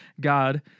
God